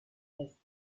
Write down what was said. its